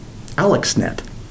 AlexNet